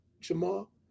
Jamal